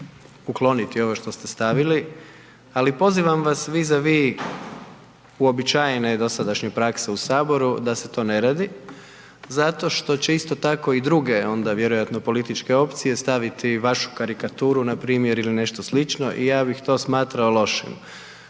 ukloniti ovo što ste stavili ali pozivam vas vis a vis uobičajene i dosadašnje prakse u Saboru da se to ne radi zato što se isto tako i druge onda vjerojatno političke opcije staviti vašu karikaturu npr. ili nešto slično i ja bih to smatrao lošim.